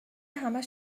همش